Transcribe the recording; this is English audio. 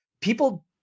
people